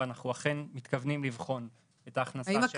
ואנחנו אכן מתכוונים לבחון את ההכנסה --- האם